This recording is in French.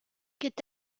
est